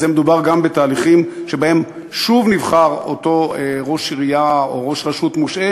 ומדובר גם בתהליכים שבהם שוב נבחר אותו ראש עירייה או ראש רשות מושעה,